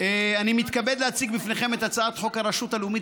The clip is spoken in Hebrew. אני מתכבד להציג בפניכם את הצעת חוק הרשות הלאומית